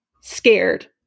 scared